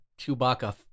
Chewbacca